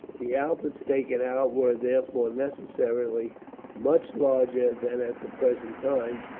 the outfits taken out were, therefore, necessarily much larger than at the present time,